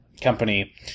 company